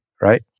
right